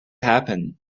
happen